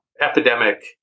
epidemic